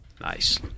Nice